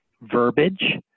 verbiage